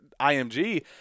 IMG